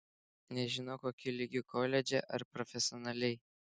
nežinau kokiu lygiu koledže ar profesionaliai